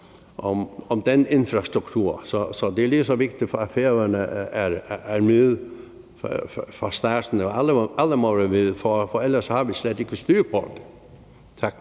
om den infrastruktur. Så det er lige så vigtigt for Færøerne at være med fra starten. Alle må være med, for ellers har vi slet ikke styr på det. Tak.